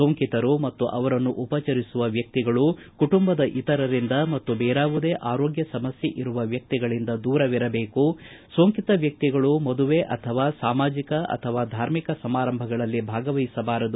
ಸೋಂಕಿತರು ಮತ್ತು ಅವರನ್ನು ಉಪಚರಿಸುವ ವ್ಯಕ್ತಿಗಳು ಕುಟುಂಬದ ಇತರರಿಂದ ಮತ್ತು ಬೇರಾವುದೇ ಆರೋಗ್ಯ ಸಮಸ್ಥೆ ಇರುವ ವ್ಯಕ್ತಿಗಳಿಂದ ದೂರವಿರಬೇಕು ಸೋಂಕಿತ ವ್ಯಕ್ತಿಗಳು ಮದುವೆ ಅಥವಾ ಸಾಮಾಜಕ ಅಥವಾ ಧಾರ್ಮಿಕ ಸಮಾರಂಭಗಳಲ್ಲಿ ಭಾಗವಹಿಸಬಾರದು